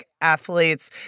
athletes